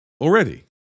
already